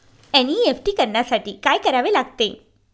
NEFT करण्यासाठी काय करावे लागते?